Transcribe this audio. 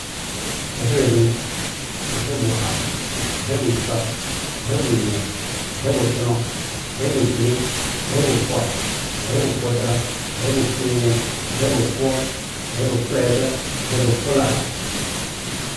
Aheirin, ahe buaha, ahe bu kya, ahe bu anyen, ahe butomo, ahe bu tyrn, ahe bu foho, ahe bu fotara, ahe bu ofyen, ahe okpo, ahe okpolatet, ahe okpo laaha.